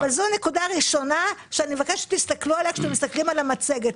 אבל זאת נקודה שאני מבקשת שתסכלו עליה כשאתם מסתכלים על המצגת.